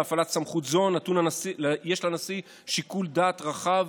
בהפעלת סמכות זו יש לנשיא שיקול דעת רחב,